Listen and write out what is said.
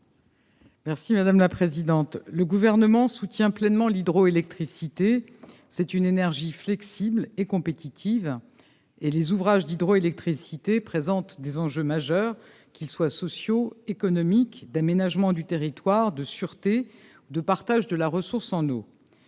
est à Mme la ministre. Le Gouvernement soutient pleinement l'hydroélectricité : c'est une énergie flexible et compétitive. En outre, les ouvrages d'hydroélectricité présentent des enjeux majeurs, qu'ils soient sociaux, économiques, d'aménagement du territoire, de sûreté ou de partage de la ressource en eau.